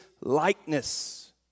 likeness